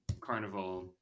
carnival